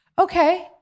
okay